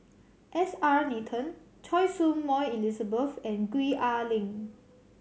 S R Nathan Choy Su Moi Elizabeth and Gwee Ah Leng